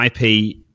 IP